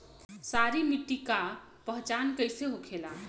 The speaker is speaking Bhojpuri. सारी मिट्टी का पहचान कैसे होखेला?